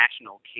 national